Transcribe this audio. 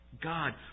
God